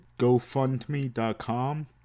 GoFundMe.com